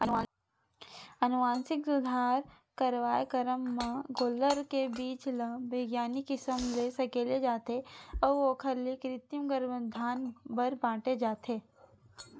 अनुवांसिक सुधार कारयकरम म गोल्लर के बीज ल बिग्यानिक किसम ले सकेले जाथे अउ ओखर ले कृतिम गरभधान बर बांटे जाथे